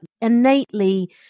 innately